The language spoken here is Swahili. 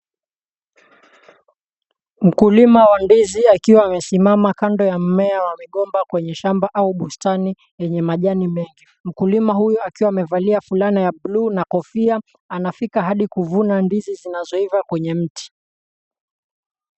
Mkulima wa ndizi akiwa amesimama kando ya mmea wa migomba kwenye shamba au bustani yenye majani mengi. Mkulima huyu akiwa amevalia fulana ya bluu na kofia, anafika hadi kuvuna ndizi zinazoiva kwenye mti.